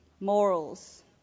Morals